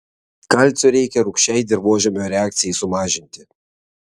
kalcio reikia rūgščiai dirvožemio reakcijai sumažinti